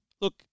Look